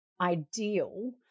ideal